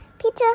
Peter